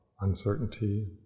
uncertainty